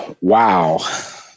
Wow